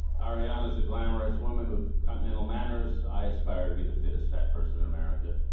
arianna's a glamorous woman with continental manners. i aspire to be the fittest fat person in america.